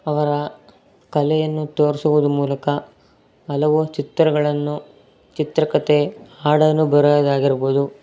ಅವರ ಕಲೆಯನ್ನು ತೋರಿಸುವುದು ಮೂಲಕ ಹಲವು ಚಿತ್ರಗಳನ್ನು ಚಿತ್ರಕಥೆ ಹಾಡನ್ನು ಬರೆಯುವುದಾಗಿರ್ಬೌದು